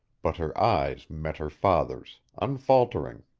but her eyes met her father's, unfaltering.